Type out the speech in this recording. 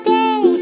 day